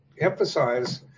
emphasize